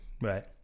right